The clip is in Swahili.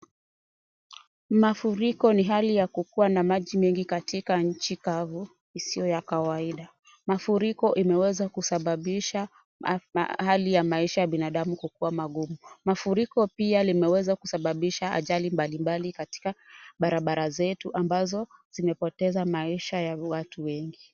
Mafuriko ni hali ya kukuwa na maji mengi katika nchi kavu isiyo ya kawaida. Mafuriko imeweza kusababisha hali ya maisha ya binadamu kukuwa magumu. Mafuriko pia limeweza kusababisha ajali mbalimbali katika barabara zetu ambazo zimepoteza maisha ya watu wengi.